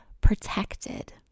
protected